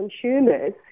consumers